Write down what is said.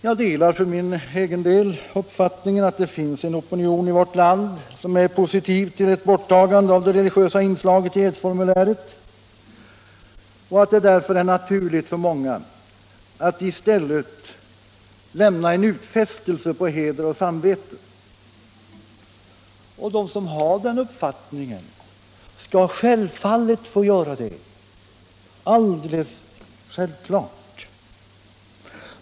Jag delar för min egen del uppfattrtingen att det finns en opinion i vårt land som är positiv till ett borttagande av det religiösa inslaget i edsformuläret och att det därför är naturligt för många att i stället lämna en utfästelse på heder och samvete. De som har den uppfattningen skall självfallet få göra det.